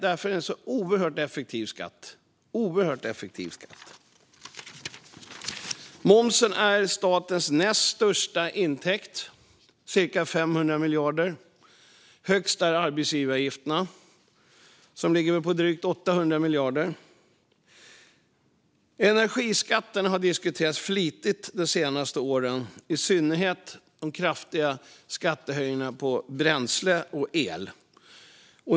Därför är moms en oerhört effektiv skatt. Momsen är statens näst största intäkt. Det handlar om cirka 500 miljarder kronor. Den största är arbetsgivaravgifterna, som ligger på drygt 800 miljarder. Energiskatten har diskuterats flitigt de senaste åren, i synnerhet de kraftiga skattehöjningarna på bränsle och el.